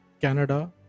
canada